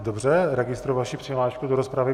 Dobře, registruji vaši přihlášku do rozpravy.